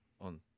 on